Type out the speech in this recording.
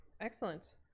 excellent